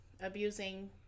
abusing